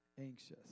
anxious